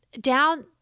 down